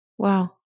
Wow